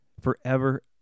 forever